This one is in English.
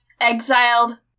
exiled